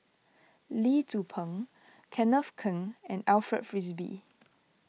Lee Tzu Pheng Kenneth Keng and Alfred Frisby